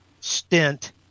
stint